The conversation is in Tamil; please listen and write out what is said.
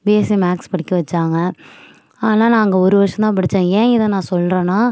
பிஎஸ்சி மேக்ஸ் படிக்க வச்சாங்க ஆனால் நான் அங்கே ஒரு வருஷம்தான் படிச்சேன் ஏன் இதை நான் சொல்லுறேன்னா